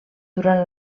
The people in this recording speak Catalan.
durant